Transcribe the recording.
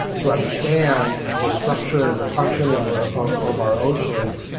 to understand the structure and the functioning of our oceans,